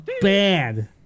bad